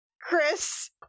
Chris